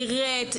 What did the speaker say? פירט,